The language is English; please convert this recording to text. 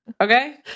Okay